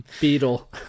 Beetle